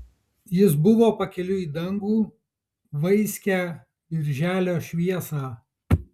jis buvo pakeliui į dangų vaiskią birželio šviesą